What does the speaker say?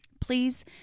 please